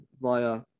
via